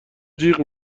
جیغ